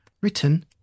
written